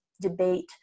debate